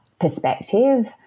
perspective